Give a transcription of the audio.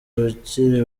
abakiri